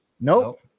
Nope